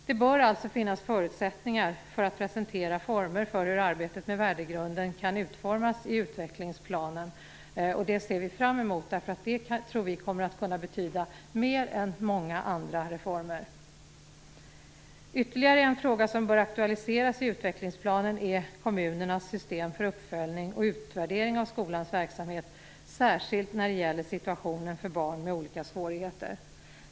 Det bör alltså finnas förutsättningar för att presentera former för hur arbetet med värdegrunden kan utformas i utvecklingsplanen. Det ser vi fram emot. Det tror vi nämligen kan betyda mer än många andra reformer. Ytterligare en fråga som bör kunna aktualiseras i utvecklingsplanen är kommunernas system för uppföljning och utvärdering av skolans verksamhet, särskilt när det gäller situationen för barn med olika svårigheter.